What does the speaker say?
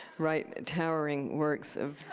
write towering works of